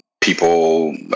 people